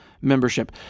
membership